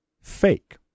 fake